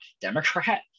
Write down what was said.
Democrat